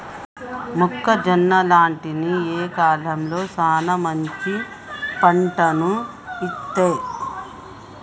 మొక్కజొన్న లాంటివి ఏ కాలంలో సానా మంచి పంటను ఇత్తయ్?